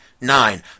nine